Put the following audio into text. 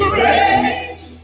Grace